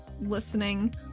listening